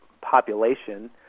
population